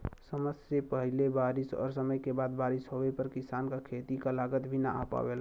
समय से पहिले बारिस और समय के बाद बारिस होवे पर किसान क खेती क लागत भी न आ पावेला